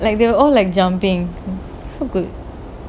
like they were all like jumping so good